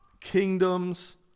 kingdoms